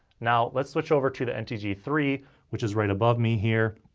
now let's switch over to the n t g three which is right above me here.